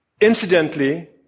Incidentally